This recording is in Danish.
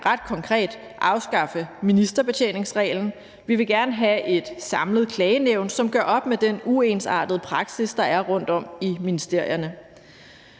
ret konkret afskaffe ministerbetjeningsreglen, og vi vil gerne have et samlet klagenævn, som gør op med den uensartede praksis, der er rundtom i ministerierne.